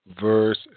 verse